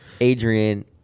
Adrian